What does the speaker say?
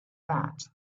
that